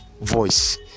voice